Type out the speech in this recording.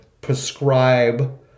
prescribe